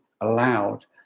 allowed